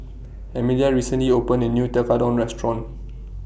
Amelia recently opened A New Tekkadon Restaurant